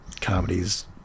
comedies